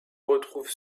retrouve